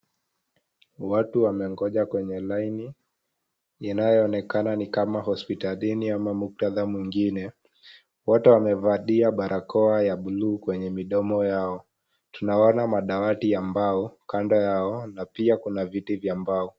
Watu wamengoja kwenye laini inayoonekana ni hospitalini au muktadha mwingine , wote wamevalia barakoa ya bluu kwenye midomo yao. Tunaona madawati ya mbao kando yao na pia kuna viti vya mbao.